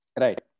Right